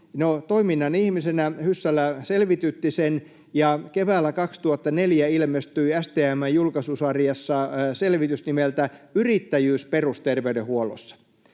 toiminnan ihmisenä Hyssälä selvitytti sen, ja keväällä 2004 ilmestyi STM:n julkaisusarjassa selvitys nimeltä ”Yrittäjyys perusterveydenhuollossa”.